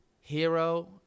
Hero